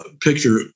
picture